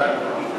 אפשר לשלב ביניהן.